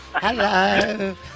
Hello